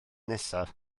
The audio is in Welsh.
nesaf